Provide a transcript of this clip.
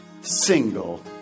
single